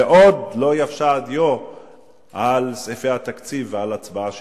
ועוד לא יבשה הדיו על סעיפי התקציב וההצבעה שעשינו.